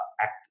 active